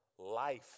Life